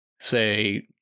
say